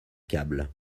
câble